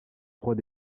trois